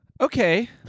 Okay